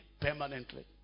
permanently